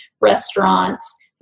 restaurants